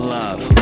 love